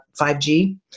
5G